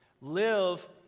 live